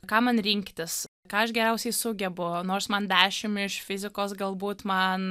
ką man rinktis ką aš geriausiai sugebu nors man dešim iš fizikos galbūt man